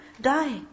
die